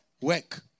work